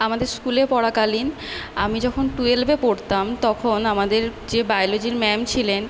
আমাদের স্কুলে পড়াকালীন আমি যখন টুয়েলভে পড়তাম তখন আমাদের যে বায়োলজির ম্যাম ছিলেন